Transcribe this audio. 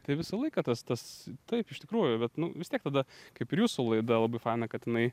tai visą laiką tas tas taip iš tikrųjų vat nu vis tiek tada kaip ir jūsų laida labai faina kad jinai